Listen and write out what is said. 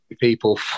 people